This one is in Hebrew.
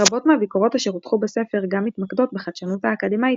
רבות מהביקורות אשר הוטחו בספר גם מתמקדות בחדשנות האקדמאית